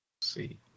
see